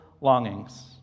longings